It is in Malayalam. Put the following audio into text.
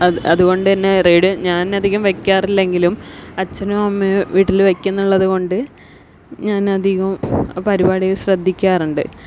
അത് അതുകൊണ്ട് തന്നെ ഞാൻ റേഡിയോ ഞാന് അധികം വയ്ക്കാറില്ലെങ്കിലും അച്ഛനും അമ്മയും വീട്ടിൽ വയ്ക്കുന്നുള്ളത് കൊണ്ട് ഞാൻ അധികവും പരിപാടികള് ശ്രദ്ധിക്കാറുണ്ട്